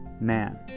man